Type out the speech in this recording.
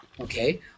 okay